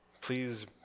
Please